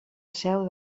seu